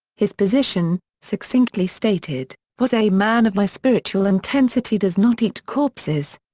his position, succinctly stated, was a man of my spiritual intensity does not eat corpses.